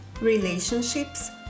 relationships